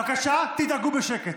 בבקשה, תדאגו בשקט.